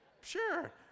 sure